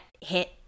hit